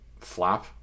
flap